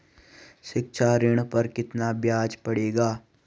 शिक्षा ऋण पर कितना ब्याज पड़ेगा?